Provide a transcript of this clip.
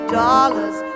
dollars